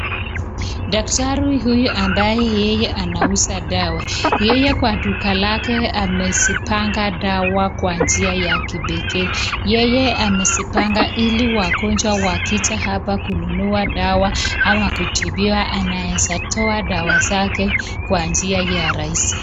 Daktari huyu ambaye yeye anauza dawa, yeye kwa duka lake amezipanga dawa kwa njia ya kipekee. Yeye amezipanga ili wagonjwa wakija hapa kununua dawa ama kutibiwa anaweza toa dawa zake kwa njia ya rahisi.